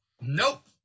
Nope